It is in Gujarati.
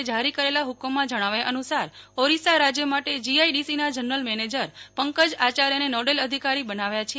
એ જારી કરેલા હૂકમમાં જણાવ્યા અનુસાર ઓરિસ્સા રાજ્ય માટે જીઆઈડીસીના જનરલ મેનેજર પંકજ આયાર્યને નોડેલ અધિકારી બનાવાયા છે